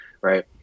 Right